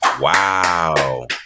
Wow